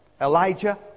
Elijah